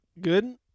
good